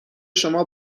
شما